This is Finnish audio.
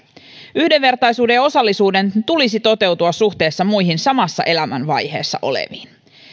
yhdenvertaisuuden ja osallisuuden tulisi toteutua suhteessa muihin samassa elämänvaiheessa oleviin